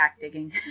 digging